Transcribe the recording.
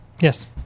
yes